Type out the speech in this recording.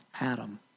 Adam